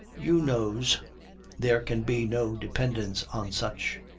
you knows there can be no dependence on such!